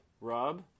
Rob